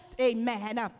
Amen